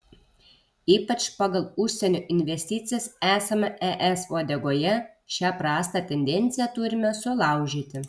ypač pagal užsienio investicijas esame es uodegoje šią prastą tendenciją turime sulaužyti